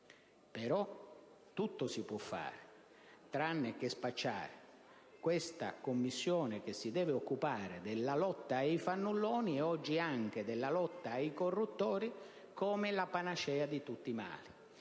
Però, tutto si può fare fuorché spacciare questa Commissione che si deve occupare della lotta ai fannulloni, ed oggi anche della lotta ai corruttori, come la panacea di tutti i mali.